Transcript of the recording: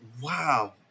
wow